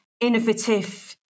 innovative